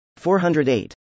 408